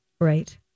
right